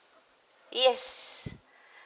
yes